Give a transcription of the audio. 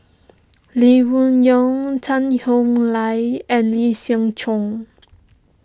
Lee Wung Yew Tan Howe Liang and Lee Siew Choh